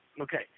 Okay